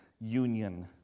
union